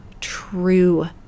true